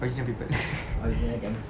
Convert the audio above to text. original people